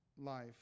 life